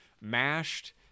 mashed